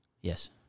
Yes